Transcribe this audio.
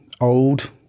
old